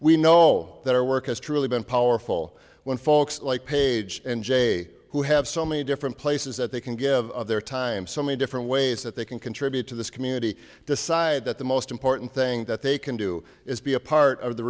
we know that our work has truly been powerful when folks like page and j who have so many different places that they can give their time so many different ways that they can contribute to this community decide that the most important thing that they can do is be a part of the